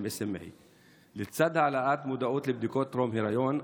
SMA. לצד העלאת המודעות לבדיקות טרום-היריון,